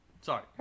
Sorry